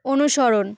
অনুসরণ